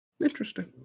Interesting